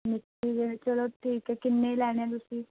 ਮਿੱਟੀ ਦੇ ਚਲੋ ਠੀਕ ਹੈ ਕਿੰਨੇ ਲੈਣੇ ਤੁਸੀਂ